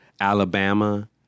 Alabama